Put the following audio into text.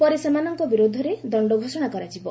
ପରେ ସେମାନଙ୍କ ବିରୁଦ୍ଧରେ ଦଣ୍ଡ ଘୋଷଣା କରାଯିବ